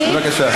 בבקשה.